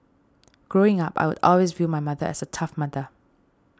growing up I would always viewed my mother as a tough mother